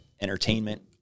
entertainment